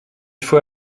faut